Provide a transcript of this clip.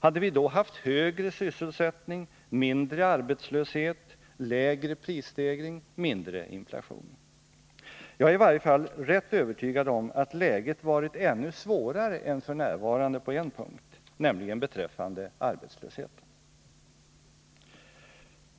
Hade vi då haft högre sysselsättning, mindre arbetslöshet, lägre prisstegring, mindre inflation? Jag är i varje fall rätt övertygad om att läget varit ännu svårare än f. n. på en punkt, nämligen beträffande arbetslösheten.